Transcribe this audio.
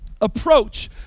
approach